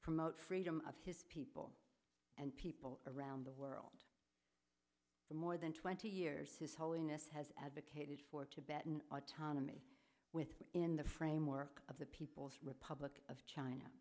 promote freedom of his people and people around the world the more than twenty years his holiness has advocated for tibetan autonomy in the framework of the people's republic of